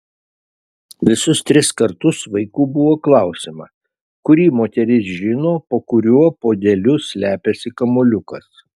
visus tris kartus vaikų buvo klausiama kuri moteris žino po kuriuo puodeliu slepiasi kamuoliukas